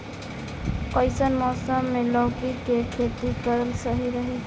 कइसन मौसम मे लौकी के खेती करल सही रही?